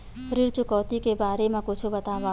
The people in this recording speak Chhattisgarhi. ऋण चुकौती के बारे मा कुछु बतावव?